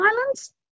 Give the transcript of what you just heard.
Islands